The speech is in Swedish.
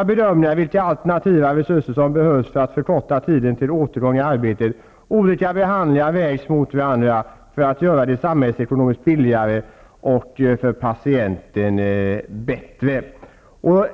och bedöma av vilka alternativa resurser som krävs för att korta tiden för återgång till arbetet. Olika bedömningar vägs mot varandra för att göra det samhällsekonomiskt billigare och för patienten bättre.